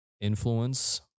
influence